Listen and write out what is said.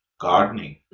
gardening